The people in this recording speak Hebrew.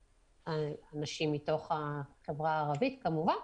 אנשים מתוך החברה הערבית כמובן,